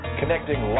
connecting